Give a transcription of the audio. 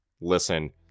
listen